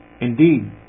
Indeed